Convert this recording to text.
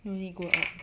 no need go out